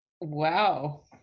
wow